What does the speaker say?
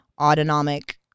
autonomic